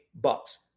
bucks